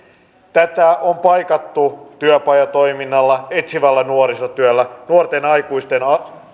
tätä on paikattu työpajatoiminnalla etsivällä nuorisotyöllä nuorten aikuisten